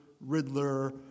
Riddler